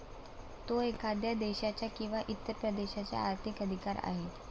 तो एखाद्या देशाचा किंवा इतर प्रदेशाचा आर्थिक अधिकार आहे